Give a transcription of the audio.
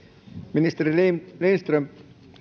ministeri lindström